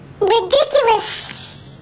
Ridiculous